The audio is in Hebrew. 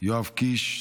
יואב קיש,